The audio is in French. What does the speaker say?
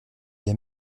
les